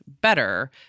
better